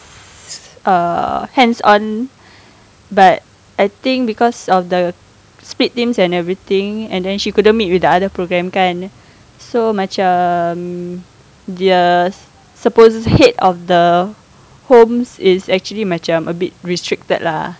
err hands on but I think because of the split teams and everything and then she couldn't meet with the other program kan so macam dia um just suppose head of the homes is actually macam a bit restricted lah